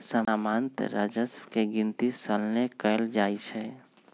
सामान्तः राजस्व के गिनति सलने कएल जाइ छइ